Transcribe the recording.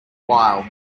while